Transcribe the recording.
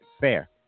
fair